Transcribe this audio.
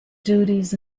duties